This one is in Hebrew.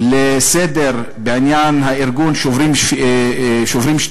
לסדר-היום בעניין ארגון "שוברים שתיקה"